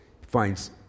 finds